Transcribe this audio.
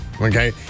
okay